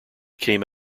came